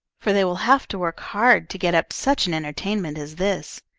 for they will have to work hard to get up such an entertainment as this.